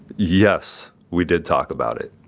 yes. we did talk about it.